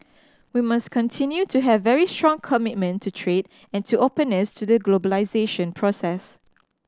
we must continue to have very strong commitment to trade and to openness to the globalisation process